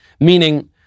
Meaning